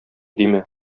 димә